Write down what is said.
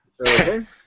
Okay